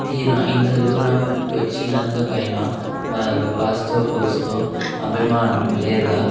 తీరా ఇంత దూరం వచ్చినందుకైనా వారు కాస్తో కూస్తో అభిమానం లేదా